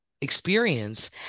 experience